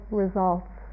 results